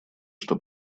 что